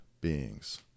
beings